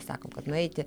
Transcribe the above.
sakom kad nueiti